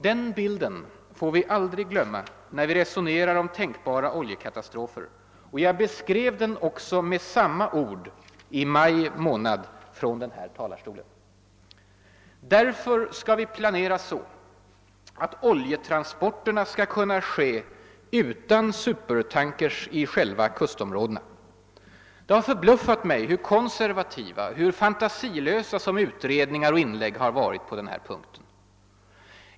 Den bilden får vi aldrig glömma, när vi resonerar om tänkbara oljekatastrofer, och jag beskrev den också med samma ord i maj månad från den här talarstolen. Därför skall vi planera så, att oljetransporterna skall kunna ske utan supertankers i själva kustområdena. Och det har förbluffat mig hur konservativa och fantasilösa som utredningar och inlägg har varit på den här punkten.